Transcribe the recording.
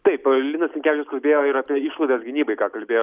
taip linas linkevičius kalbėjo ir apie išlaidas gynybai ką kalbėjo